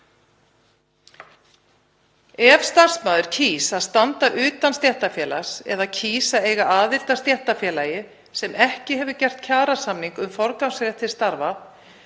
Ef starfsmaður kýs að standa utan stéttarfélags, eða kýs að eiga aðild að stéttarfélagi sem ekki hefur gert kjarasamning um forgangsrétt til starfa,